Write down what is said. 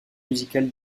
musicale